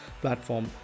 platform